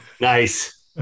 Nice